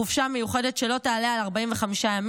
חופשה מיוחדת שלא תעלה על 45 ימים.